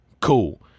cool